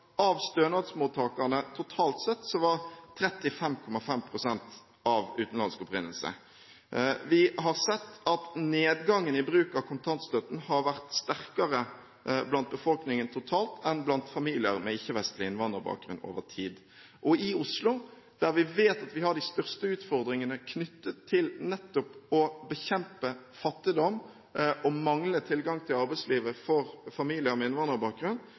av stønadsmottakerne totalt sett var 35,5 pst. av utenlandsk opprinnelse. Vi har sett at nedgangen i bruk av kontantstøtten over tid har vært sterkere i befolkningen totalt enn blant familier med ikke-vestlig innvandrerbakgrunn. I Oslo, der vi vet at vi har de største utfordringene knyttet til nettopp å bekjempe fattigdom, og manglende tilgang til arbeidslivet for familier med innvandrerbakgrunn,